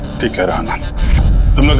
take her and